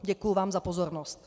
Děkuji vám za pozornost.